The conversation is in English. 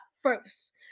first